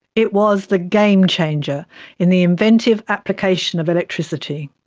it was the game changer in the inventive application of electricity.